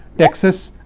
texas,